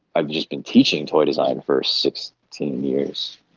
i've just been teaching toy design for sixteen years,